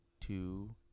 two